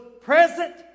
present